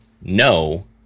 no